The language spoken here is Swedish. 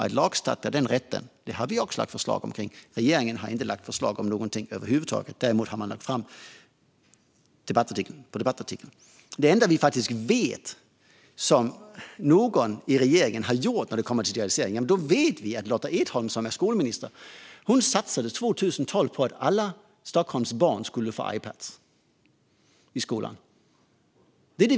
Att lagstadga den rätten har vi också lagt fram förslag om. Regeringen har inte lagt fram förslag om någonting över huvud taget. Däremot har man lagt fram debattartikel på debattartikel. Det enda vi vet som någon i regeringen har gjort när det kommer till digitalisering är att Lotta Edholm, som nu är skolminister, 2012 satsade på att alla Stockholms barn skulle få Ipadar i skolan.